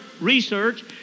research